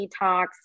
detox